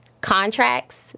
contracts